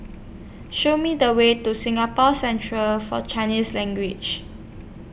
Show Me The Way to Singapore Central For Chinese Language